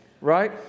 Right